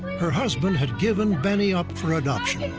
her husband had given benny up for adoption.